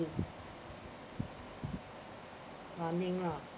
do running lah